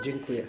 Dziękuję.